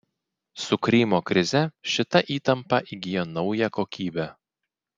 su krymo krize šita įtampa įgijo naują kokybę